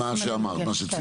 מה שאמרת , מה שציינת.